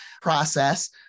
process